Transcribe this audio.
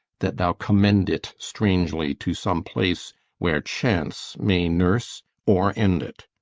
that thou commend it strangely to some place where chance may nurse or end it.